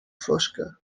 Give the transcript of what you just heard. fosca